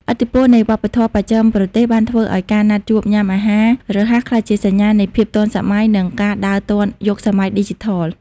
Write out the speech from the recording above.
ឥទ្ធិពលនៃវប្បធម៌បស្ចិមប្រទេសបានធ្វើឱ្យការណាត់ជួបញ៉ាំអាហាររហ័ស ក្លាយជាសញ្ញានៃភាពទាន់សម័យ និងការដើរទាន់យុគសម័យឌីជីថល។